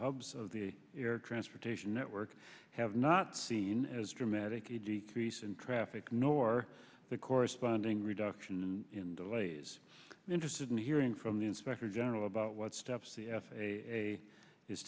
hubs of the transportation network have not seen as dramatic a decrease in traffic nor the corresponding reduction in delays interested in hearing from the inspector general about what steps the f a a is